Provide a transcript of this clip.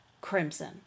crimson